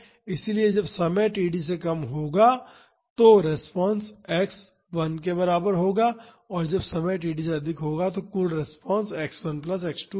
इसलिए जब समय td से कम होगा तो रिस्पांस x1 के बराबर होगा और जब समय td से अधिक होगा तो कुल रिस्पांस x1 प्लस x2 होगा